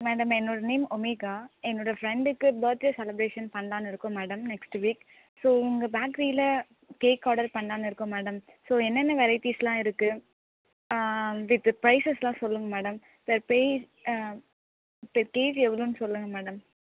madam என்னோடய name Omega என்னோடய ஃப்ரெண்ட்டுக்கு பர்த்டே செலிபிரேஷன் பண்லாம்னு இருக்கோம் மேடம் நெக்ஸ்ட் வீக் ஸோ உங்கள் பேக்கரியில் கேக் ஆர்டர் பண்லாம்னு இருக்கோம் மேடம் ஸோ என்னென்ன வெரைட்டீஸெலாம் இருக்கு வித் ப்ரைசஸ்ஸெலாம் சொல்லுங்கள் மேடம் இப்போ ப்ரைஸ் இப்போ கேஜி எவ்வளோனு சொல்லுங்கள் மேடம்